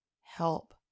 help